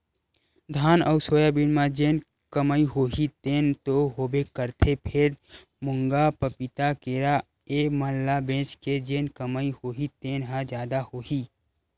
धान अउ सोयाबीन म जेन कमई होही तेन तो होबे करथे फेर, मुनगा, पपीता, केरा ए मन ल बेच के जेन कमई होही तेन ह जादा होही